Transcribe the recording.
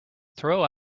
throw